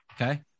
Okay